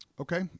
Okay